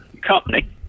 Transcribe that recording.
company